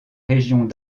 régions